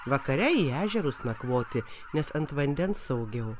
vakare į ežerus nakvoti nes ant vandens saugiau